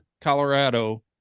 Colorado